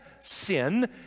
sin